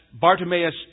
Bartimaeus